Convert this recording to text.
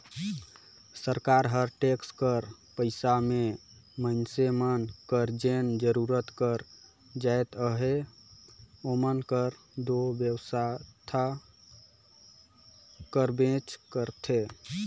सरकार हर टेक्स कर पइसा में मइनसे मन कर जेन जरूरत कर जाएत हवे ओमन कर दो बेवसथा करबेच करथे